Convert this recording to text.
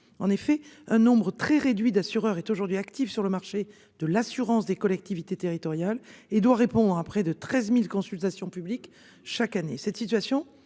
en effet un nombre très réduit d'assureurs est aujourd'hui actif sur le marché de l'assurance des collectivités territoriales et doit répondre à près de 13.000 consultations publiques chaque année